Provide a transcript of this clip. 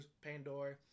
pandora